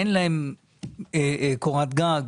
אין להם קורת גג,